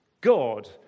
God